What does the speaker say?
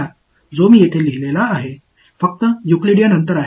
மேலும் நான் இங்கு எழுதியுள்ள இந்த மூலதனம் R வெறுமனே யூக்ளிடியன் தூரம்